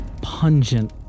pungent